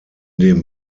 dem